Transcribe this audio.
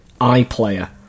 iplayer